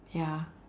ya